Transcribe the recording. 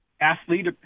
athlete